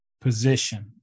position